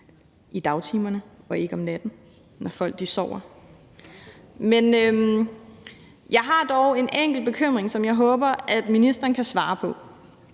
i dagtimerne og ikke om natten, når folk sover. Jeg har dog en enkelt bekymring, som jeg håber ministeren kan svare på.